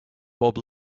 bob